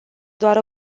doar